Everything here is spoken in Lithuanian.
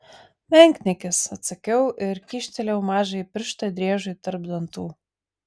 menkniekis atsakiau ir kyštelėjau mažąjį pirštą driežui tarp dantų